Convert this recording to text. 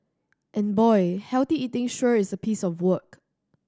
and boy healthy eating sure is a piece of work